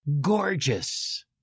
gorgeous